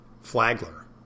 Flagler